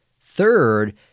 Third